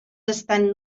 estan